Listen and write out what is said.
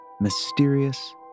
mysterious